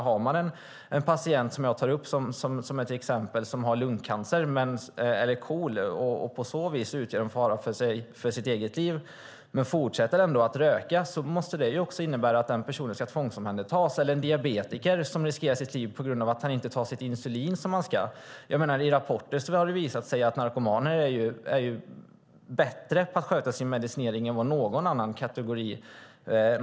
Har en patient lungcancer eller KOL, som jag tar som exempel, och på så vis utgör en fara för sitt eget liv men ändå fortsätter att röka måste det innebära att den personen ska tvångsomhändertas. Ett annat exempel är en diabetiker som riskerar sitt liv för att han inte tar sitt insulin som han ska. Rapporter visar att narkomaner är bättre på att sköta sin medicinering än någon annan kategori.